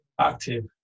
active